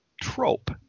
trope